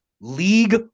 league